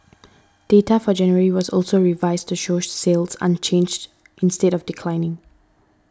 data for January was also revised to show sales unchanged instead of declining